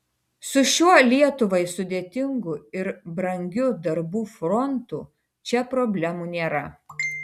su šiuo lietuvai sudėtingu ir brangiu darbų frontu čia problemų nėra